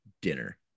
dinner